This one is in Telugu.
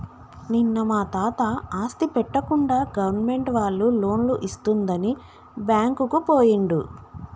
నిన్న మా తాత ఆస్తి పెట్టకుండా గవర్నమెంట్ వాళ్ళు లోన్లు ఇస్తుందని బ్యాంకుకు పోయిండు